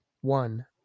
One